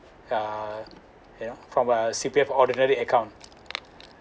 err yeah from uh C_P_F ordinary account